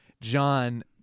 John